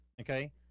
Okay